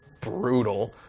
brutal